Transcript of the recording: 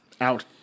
out